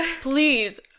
please